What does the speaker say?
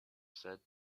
said